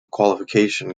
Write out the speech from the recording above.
qualification